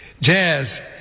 Jazz